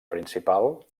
principal